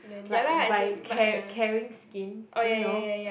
like by car~ caring skin do you know